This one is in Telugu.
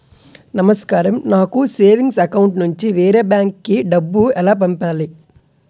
నమస్కారం నాకు సేవింగ్స్ అకౌంట్ నుంచి వేరే బ్యాంక్ కి డబ్బు ఎలా పంపాలి?